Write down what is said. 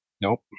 Nope